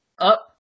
up